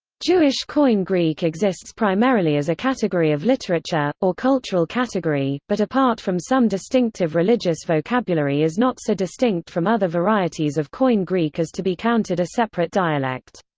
jewish koine greek exists primarily as a category of literature, or cultural category, but apart from some distinctive religious vocabulary is not so distinct from other varieties varieties of koine greek as to be counted a separate dialect.